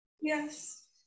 Yes